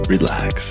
Relax